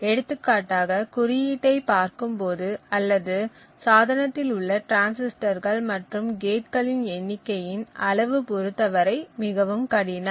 எடுத்துக்காட்டாக குறியீட்டைப் பார்க்கும்போது அல்லது சாதனத்தில் உள்ள டிரான்சிஸ்டர்கள் மற்றும் கேட்களின் எண்ணிக்கையின் அளவு பொறுத்தவரை மிகவும் கடினம்